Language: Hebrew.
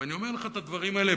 ואני אומר לך את הדברים האלה,